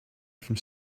from